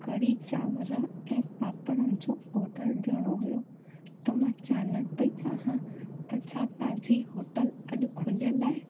कढ़ी चांवर ऐं पापड़नि जो ऑडर ॾियणो हुओ त मां ॼाणणु पेई चाहियां त छा तव्हांजी होटल अॼु खुलियल आहे